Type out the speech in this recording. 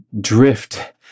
drift